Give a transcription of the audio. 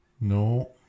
No